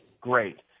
Great